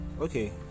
Okay